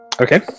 Okay